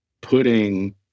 putting